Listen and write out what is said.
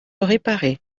réparée